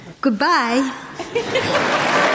Goodbye